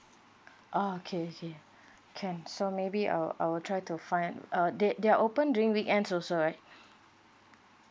ah okay okay can so maybe I'll I'll try to find uh they they are open during weekends also right